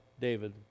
David